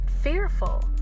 fearful